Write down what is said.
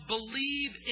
Believe